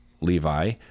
Levi